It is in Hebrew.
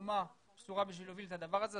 כחומה בצורה בשביל להוביל את הדבר הזה,